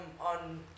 on